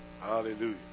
Hallelujah